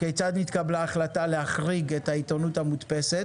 כיצד נתקבלה ההחלטה להחריג את העיתונות המודפסת.